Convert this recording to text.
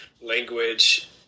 language